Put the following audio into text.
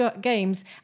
Games